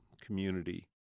community